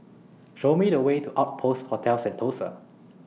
Show Me The Way to Outpost Hotel Sentosa